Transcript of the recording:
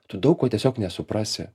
tu daug ko tiesiog nesuprasi